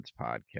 podcast